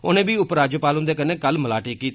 उनें बी उप राज्यपाल हुन्दे कन्नै कल मलाटी कीती